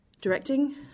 Directing